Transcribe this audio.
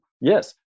Yes